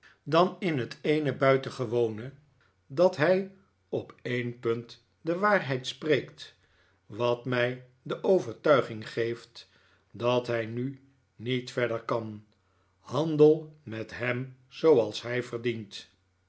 dan in het eene buitengewone dat hij op een punt de waarheid spreekt wat mij de overtuiging geeft dat hij nu niet verder kan handel met hem zooals hij verdient